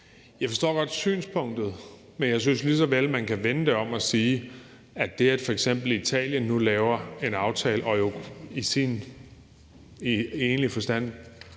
Jeg forstår godt synspunktet, men jeg synes lige så vel, at man kan vende det om. Det, at f.eks. Italien nu laver en aftale og jo i egentlig forstand